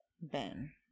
Ben